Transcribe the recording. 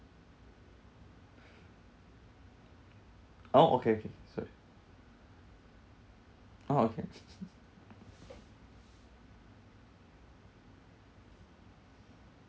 oh okay okay sorry oh okay